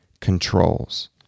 controls